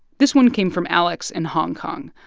this one came from alex in hong kong.